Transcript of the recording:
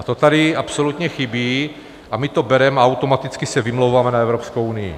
To tady absolutně chybí a my to bereme a automaticky se vymlouváme na Evropskou unii.